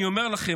אני אומר לכם,